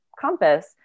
compass